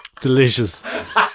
Delicious